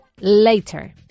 later